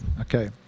Okay